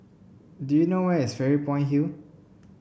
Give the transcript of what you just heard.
do you know where is Fairy Point Hill